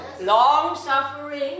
Long-suffering